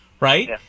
Right